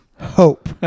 hope